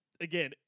again